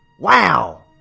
Wow